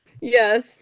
Yes